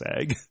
egg